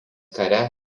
kare